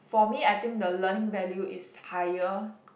for me I think the learning value is higher